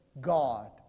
God